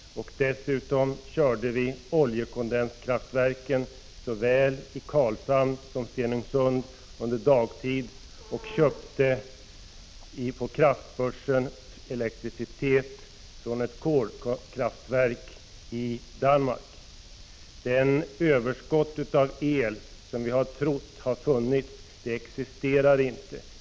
Dessutom körde vi oljekondenskraftverken såväl i Karlshamn som i Stenungsund under dagtid och köpte på kraftbörsen elektricitet från ett kolkraftverk i Danmark. Det överskott av el som vi har trott har funnits existerar inte.